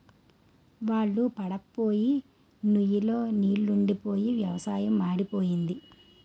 వాన్ళ్లు పడప్పోయి నుయ్ లో నీలెండిపోయి వ్యవసాయం మాడిపోయింది